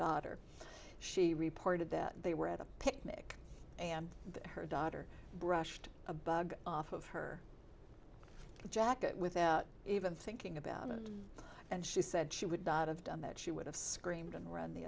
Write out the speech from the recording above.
daughter she reported that they were at a picnic and that her daughter brushed a bug off of her jacket without even thinking about it and she said she would not have done that she would have screamed and run the